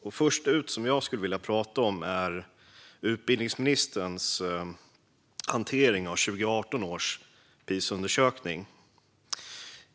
Det första jag vill prata om är utbildningsministerns hantering av 2018 års Pisaundersökning.